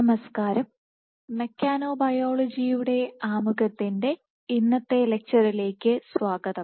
നമസ്കാരം മെക്കനോബയോളജിയുടെ ആമുഖത്തിന്റെ ഇന്നത്തെ ലെക്ച്ചറിലേക്ക് സ്വാഗതം